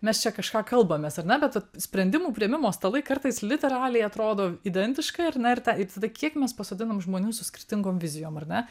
mes čia kažką kalbamės ar ne bet vat sprendimų priėmimo stalai kartais literaliai atrodo identiškai ar ne ir ta ir tada kiek mes pasodinom žmonių su skirtingom vizijom ar ne